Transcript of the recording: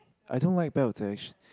I don't like belts eh actually